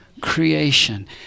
creation